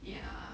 ya